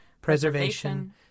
preservation